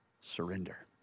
surrender